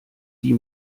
die